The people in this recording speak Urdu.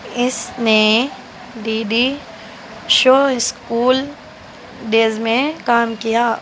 اس نے D D show school days میں کام کیا